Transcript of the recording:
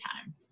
time